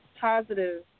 positive